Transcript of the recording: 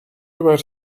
about